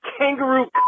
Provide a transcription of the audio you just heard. kangaroo